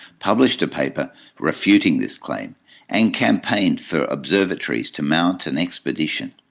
published a paper refuting this claim and campaigned for observatories to mount an expedition.